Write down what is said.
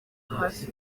hafi